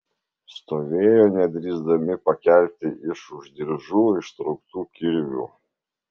stovėjo nedrįsdami pakelti iš už diržų ištrauktų kirvių